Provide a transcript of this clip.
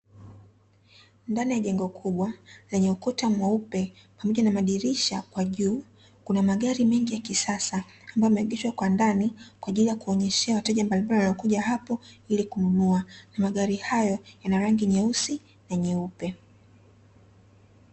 Ndani ya jengo kubwa lenye ukuta mweupe pamoja na madirisha kwa juu, kuna magari mengi ya kisasa, ambayo yameegeshwa kwa ndani kwa ajili ya kuwaonyeshea wateja mbalimbali wanaokuja hapo ili kununua, na magari hayo yana rangi nyeusi na nyeupe.